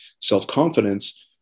self-confidence